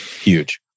Huge